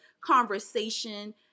conversation